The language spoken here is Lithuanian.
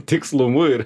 tikslumu ir